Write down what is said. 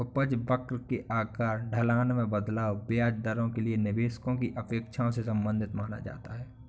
उपज वक्र के आकार, ढलान में बदलाव, ब्याज दरों के लिए निवेशकों की अपेक्षाओं से संबंधित माना जाता है